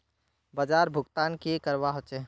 बाजार भुगतान की करवा होचे?